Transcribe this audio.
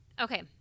Okay